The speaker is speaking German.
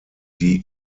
die